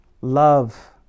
love